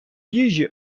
їжі